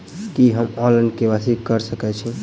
की हम online, KYC करा सकैत छी?